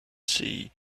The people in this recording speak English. see